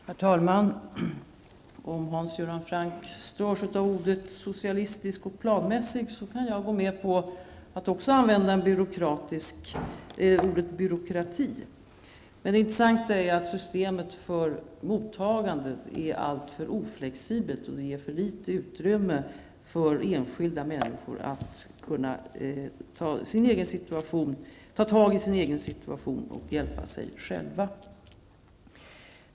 Herr talman! Om Hans Göran Franck störs av orden socialistisk och planmässig, kan jag gå med på att också använda ordet byråkrati. Det intressanta är att systemet för mottagande är alltför oflexibelt och ger för litet utrymme för enskilda människor att ta tag i sin situation och hjälpa sig själva.